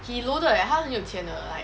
he loaded eh 他很有钱的 like